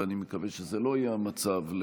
ואני מקווה שזה לא יהיה המצב,